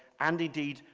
and indeed,